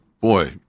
boy